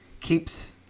keeps